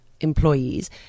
employees